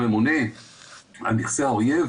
הממונה על נכסי האויב,